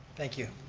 thank you.